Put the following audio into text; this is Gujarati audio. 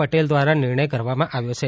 પટેલ દ્રારા નિર્ણય કરવામાં આવ્યો છે